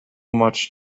much